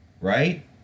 right